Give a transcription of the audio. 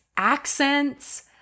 accents